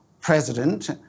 president